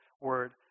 Word